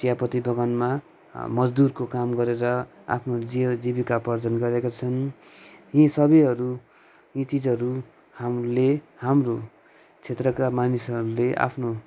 चियापत्ती बगानमा मजदुर काम गरेर आफ्नो जीव जीविकोपार्जन गरिरहेका छन् यी सबैहरू यी चिजहरू हामीले हाम्रो क्षेत्रका मानिसहरूले आफ्नो